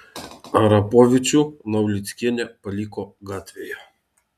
arapovičių naulickienė paliko gatvėje